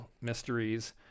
mysteries